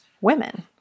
women